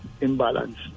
imbalance